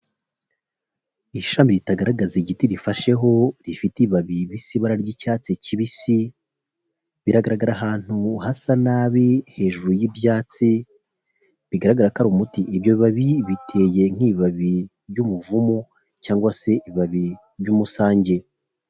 Ishami ritagaragaza igiti rifasheho rifite ibabi risa ibara ry'icyatsi kibisi, biragaragara ahantu hasa nabi hejuru y'ibyatsi bigaragara ko ari umuti, ibyo bibabi biteye nk'ibabi ry'umuvumu cyangwa se ibabi ry'umusange.